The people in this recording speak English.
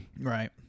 Right